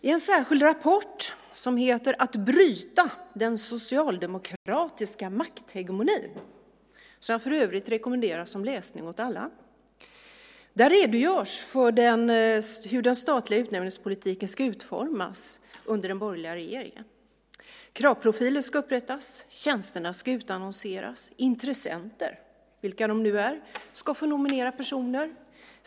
I en särskild rapport som heter Att bryta den socialdemokratiska makthegemonin , som jag för övrigt rekommenderar som läsning åt alla, redogörs för hur den statliga utnämningspolitiken ska utformas under den borgerliga regeringen. Kravprofiler ska upprättas. Tjänsterna ska utannonseras. Intressenter, vilka de nu är, ska få nominera personer.